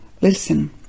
Listen